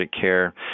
care